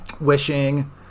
Wishing